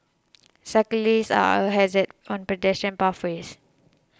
cyclists are a hazard on pedestrian pathways